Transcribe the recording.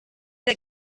der